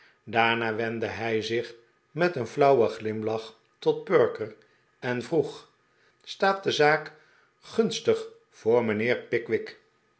daarna wendde hij zich met een flauwen glimlach tot perker en vroeg staat de zaak gunstig voor mijnheer pickwick